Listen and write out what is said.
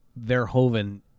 Verhoeven